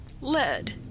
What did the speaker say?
lead